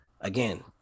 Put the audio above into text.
again